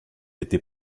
été